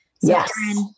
Yes